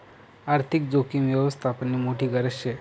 आर्थिक जोखीम यवस्थापननी मोठी गरज शे